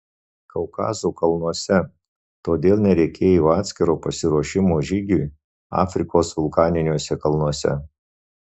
kaukazo kalnuose todėl nereikėjo atskiro pasiruošimo žygiui afrikos vulkaniniuose kalnuose